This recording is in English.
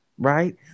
Right